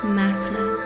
matter